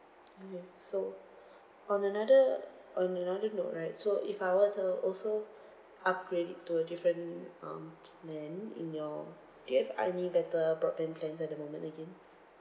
ya so on another on another note right so if I were to also upgrade it to a different um plan in your do you have any better broadband plan at the moment again